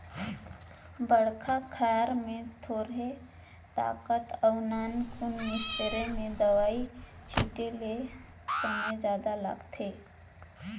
बड़खा खायर में थोरहें ताकत अउ नानकुन इस्पेयर में दवई छिटे ले समे जादा लागथे